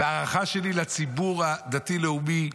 וההערכה שלי לציבור הדתי הלאומי,